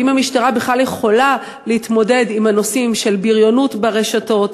ואם המשטרה בכלל יכולה להתמודד עם הנושאים של בריונות ברשתות,